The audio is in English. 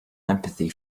empathy